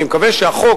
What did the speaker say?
אני מקווה שהחוק,